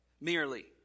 Merely